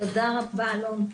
תודה רבה, אלון.